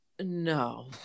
No